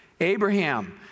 Abraham